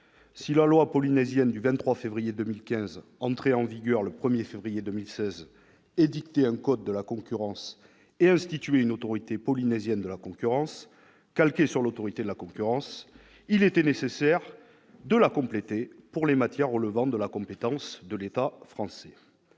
Si la loi polynésienne du 23 février 2015, entrée en vigueur le 1 février 2016, édictait un code de la concurrence et instituait une autorité polynésienne de la concurrence calquée sur l'Autorité de la concurrence, il était nécessaire de la compléter pour les matières relevant de la compétence de l'État français.